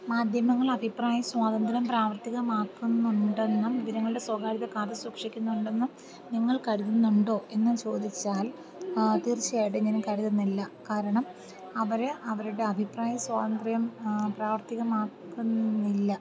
മാധ്യമങ്ങൾ അഭിപ്രായ സ്വാതന്ത്ര്യം പ്രാവർത്തികമാക്കുന്നുണ്ടെന്നും ജനങ്ങളുടെ സ്വകാര്യത കാത്തുസൂക്ഷിക്കുന്നുണ്ടെന്നും നിങ്ങൾ കരുതുന്നുണ്ടോ എന്ന് ചോദിച്ചാൽ തീർച്ചയായിട്ടും ഞാൻ കരുതുന്നില്ല കാരണം അവർ അവരുടെ അഭിപ്രായ സ്വാതന്ത്ര്യം പ്രാവർത്തികമാക്കുന്നില്ല